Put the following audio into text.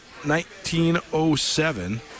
1907